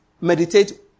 meditate